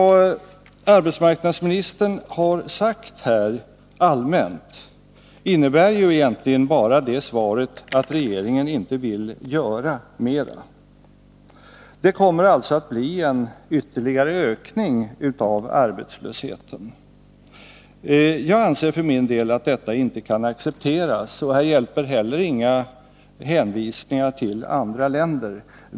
Det arbetsmarknadsministern allmänt har sagt här innebär egentligen bara att regeringen inte vill göra mera. Det kommer alltså att bli en ytterligare ökning av arbetslösheten. Jag anser för min del att detta inte kan accepteras, och här hjälper heller inga hänvisningar till andra länder.